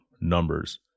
numbers